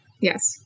Yes